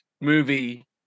movie